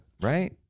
Right